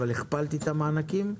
אבל הכפלתי את המענקים.